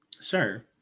Sure